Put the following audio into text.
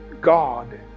god